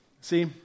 See